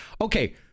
okay